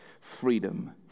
freedom